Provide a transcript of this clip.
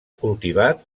cultivat